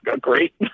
great